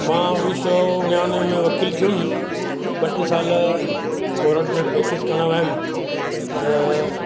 मां उणिवीह सौ नवाणवे में वकील थियुमि ॿ टे साल कोरट में प्रेक्टीस करण वयुमि त